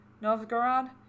Novgorod